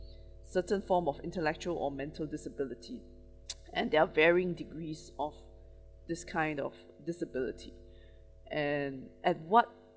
certain form of intellectual or mental disability and there are varying degrees of this kind of disability and at what